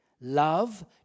Love